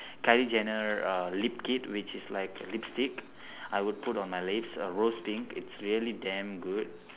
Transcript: kylie jenner uh lip kit which is like lipstick I would put on my lips uh rose pink it's really damn good